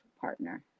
partner